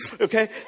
Okay